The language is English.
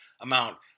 amount